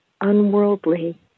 unworldly